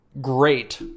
great